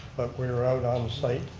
but we're out onsite